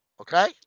Okay